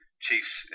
Chiefs